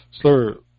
slur